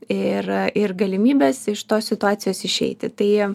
ir ir galimybes iš tos situacijos išeiti tai